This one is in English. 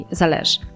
zależy